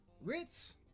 Ritz